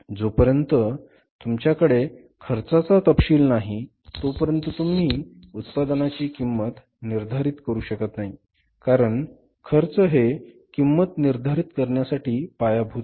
जोपर्यंत तुमच्याकडे खर्चाचा तपशील नाही तोपर्यंत तुम्ही उत्पादनाची किंमत निर्धारित करू शकत नाही कारण खर्च हे किंमत निर्धारित करण्यासाठी पायाभूत आहे